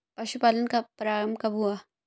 पशुपालन का प्रारंभ कब हुआ?